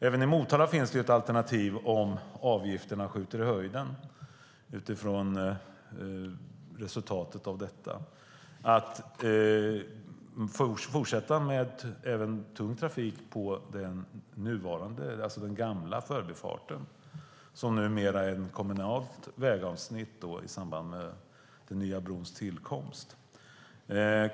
Även i Motala finns det ett alternativ om följden blir att avgifterna skjuter i höjden, och det är att fortsätta med tung trafik på den gamla förbifarten, som numera är ett kommunalt vägavsnitt efter den nya brons tillkomst.